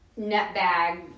nutbag